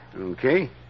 Okay